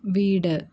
വീട്